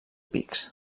pics